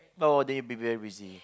nowaday will be very busy